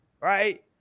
right